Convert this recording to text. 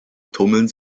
tummeln